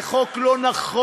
זה חוק לא נכון,